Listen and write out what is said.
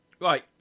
Right